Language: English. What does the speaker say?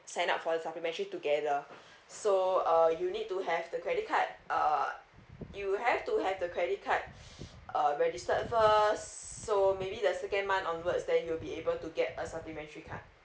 sign up for the supplementary together so uh you need to have the credit card uh you have to have the credit card uh registered first so maybe the second month onwards then you'll be able to get a supplementary card